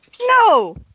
No